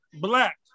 Black